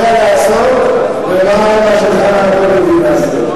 לעשות ומה השולחן העגול יודעים לעשות.